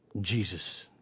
Jesus